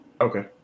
Okay